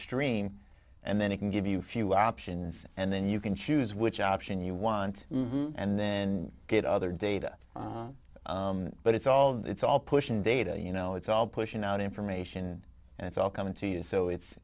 stream and then it can give you few options and then you can choose which option you want and then get other data but it's all the it's all pushing data you know it's all pushing out information and it's all coming to you so it's